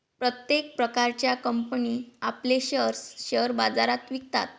प्रत्येक प्रकारच्या कंपनी आपले शेअर्स शेअर बाजारात विकतात